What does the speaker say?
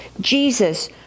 Jesus